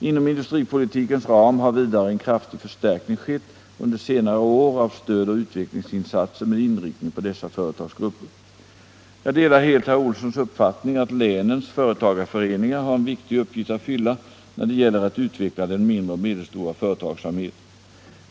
Inom industripolitikens ram har vidare en kraftig förstärkning skett under senare år av stöd och utvecklingsinsatser med inriktning på dessa företagsgrupper. Jag delar helt herr Olssons uppfattning att länens företagareföreningar har en viktig uppgift att att fylla när det gäller att utveckla den mindre och medelstora företagsamheten.